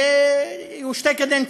יהיו שתי קדנציות?